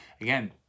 again